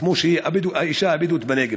כמו את האישה הבדואית בנגב.